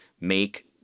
make